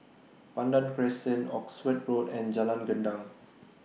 Pandan Crescent Oxford Road and Jalan Gendang